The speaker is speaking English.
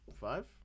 Five